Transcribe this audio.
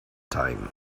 time